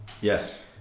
yes